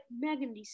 Megan